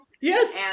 Yes